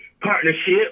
partnership